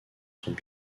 sont